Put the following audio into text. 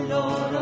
Lord